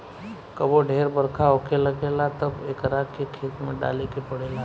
कबो ढेर बरखा होखे लागेला तब एकरा के खेत में डाले के पड़ेला